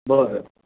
बरं